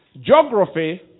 Geography